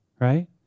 Right